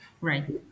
Right